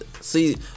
See